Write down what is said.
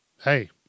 Hey